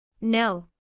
No